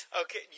Okay